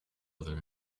other